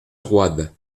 roide